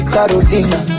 Carolina